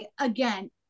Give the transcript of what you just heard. again